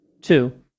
Two